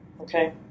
okay